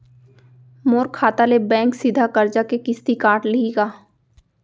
मोर खाता ले बैंक सीधा करजा के किस्ती काट लिही का?